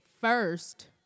first